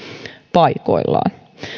paikoillaan